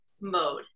mode